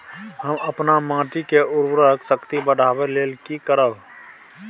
हम अपन माटी के उर्वरक शक्ति बढाबै लेल की करब?